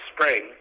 spring